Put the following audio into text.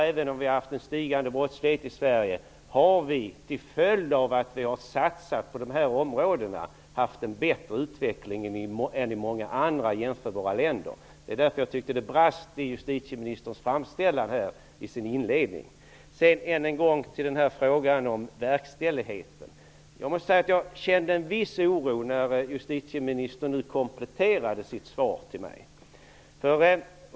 Även om vi har haft en stigande brottslighet i Sverige har vi, till följd av att vi har satsat på dessa områden, haft en bättre utveckling än många andra jämförbara länder. Det var därför jag tyckte att det brast i inledningen av justitieministerns framställning. Låt mig sedan komma tillbaka till frågan om verkställigheten. Jag kände en viss oro när justitieministern nu kompletterade sitt svar till mig.